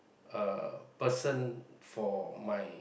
uh person for my